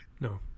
No